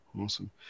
Awesome